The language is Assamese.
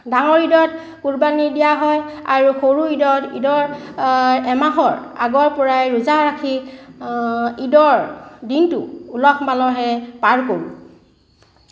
ডাঙৰ ঈদত কুৰবানী দিয়া হয় আৰু সৰু ঈদত ঈদৰ এমাহৰ আগৰ পৰাই ৰোজা ৰাখি ঈদৰ দিনটো উলহ মালহেৰে পাৰ কৰোঁ